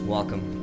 Welcome